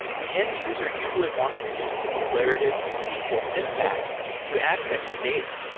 the end user usually wants to use declarative sql syntax to access the data.